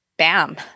bam